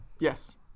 Yes